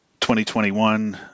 2021